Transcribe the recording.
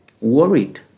worried